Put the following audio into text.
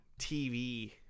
tv